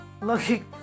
looking